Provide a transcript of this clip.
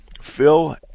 Phil